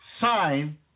sign